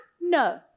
No